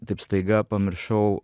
taip staiga pamiršau